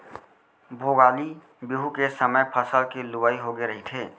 भोगाली बिहू के समे फसल के लुवई होगे रहिथे